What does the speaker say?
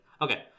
Okay